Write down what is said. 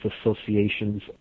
associations